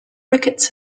ricketts